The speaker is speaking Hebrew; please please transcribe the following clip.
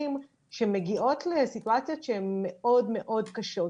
שמגיעות לסיטואציות שהן מאוד מאוד קשות.